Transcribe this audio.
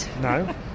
No